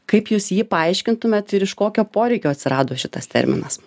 kaip jūs jį paaiškintumėt ir iš kokio poreikio atsirado šitas terminas